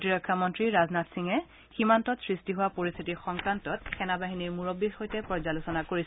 প্ৰতিৰক্ষা মন্ত্ৰী ৰাজনাথ সিঙে সীমান্ত সৃষ্টি হোৱা পৰিশ্থিতিৰ সংক্ৰান্তত সেনাবাহিনীৰ মুৰববীৰ সৈতে পৰ্যালোচনা কৰিছে